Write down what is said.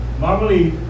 normally